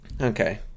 Okay